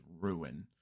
ruin